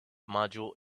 module